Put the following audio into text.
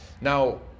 now